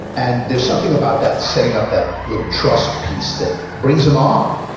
and there's something about that setting up that little trust piece that brings them on,